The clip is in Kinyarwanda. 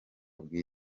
bwiza